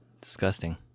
Disgusting